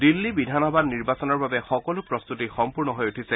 দিল্লী বিধানসভা নিৰ্বাচনৰ বাবে সকলো প্ৰস্তুতি সম্পূৰ্ণ হৈ উঠিছে